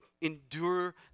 endure